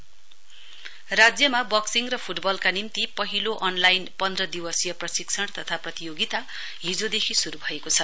boxing football राज्यमा boxing र फुटबलका निम्ति पहिलो अनलाइन पन्ध्र दिवसीय प्रशिक्षण तथा प्रतियोगिता हिजोदेखि शुरु भएको छ